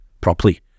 properly